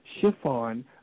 chiffon